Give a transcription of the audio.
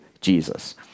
Jesus